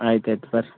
ಆಯ್ತು ಆಯ್ತು ಬನ್ರಿ